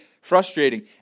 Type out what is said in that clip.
frustrating